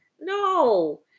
No